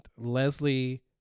Leslie